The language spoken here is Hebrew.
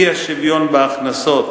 האי-שוויון בהכנסות,